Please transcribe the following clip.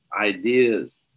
ideas